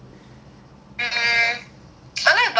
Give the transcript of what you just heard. mm I like Vaaranam Aayiram ayiram